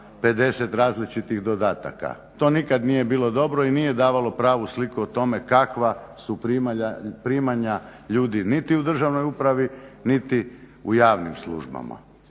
50 različitih dodataka. To nikad nije bilo dobro i nije davalo pravu sliku o tome kakva su primanja ljudi niti u državnoj upravi niti u javnim službama